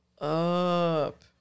up